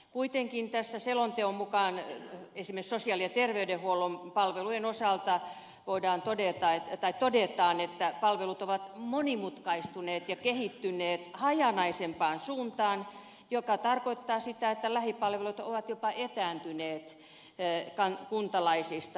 kuitenkin tässä selonteon mukaan esimerkiksi sosiaali ja terveydenhuollon palvelujen osalta todetaan että palvelut ovat monimutkaistuneet ja kehittyneet hajanaisempaan suuntaan mikä tarkoittaa sitä että lähipalvelut ovat jopa etääntyneet kuntalaisista